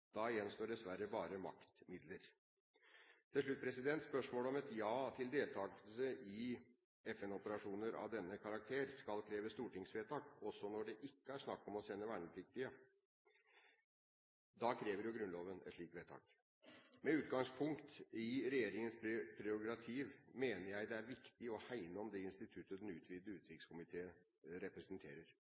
Da gjenstår dessverre bare maktmidler. Til slutt til spørsmålet om et ja til deltakelse i FN-operasjoner av denne karakter skal kreve stortingsvedtak, også når det ikke er snakk om å sende vernepliktige. Da krever Grunnloven et slikt vedtak. Med utgangspunkt i regjeringens prerogativ mener jeg det er viktig å hegne om det instituttet den utvidede utenriks- og forsvarskomité representerer.